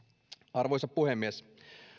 arvoisa puhemies